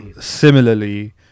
similarly